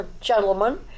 gentlemen